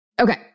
Okay